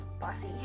bossy